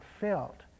felt